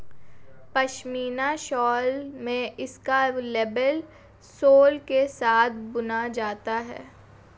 pashmina shawl में इसका label sole के साथ बुना जाता है